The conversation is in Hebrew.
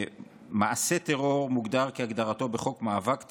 מעשה טרור מוגדר כהגדרתו בחוק המאבק בטרור,